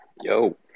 Yo